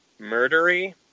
murdery